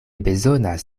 bezonas